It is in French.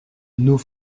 nous